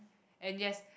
and yes